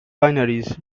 binaries